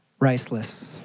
riceless